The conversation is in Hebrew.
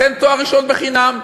אז תן תואר ראשון חינם.